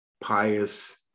pious